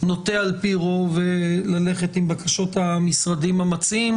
אני נוטה על פי רוב ללכת עם בקשות המשרדים המציעים.